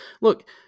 look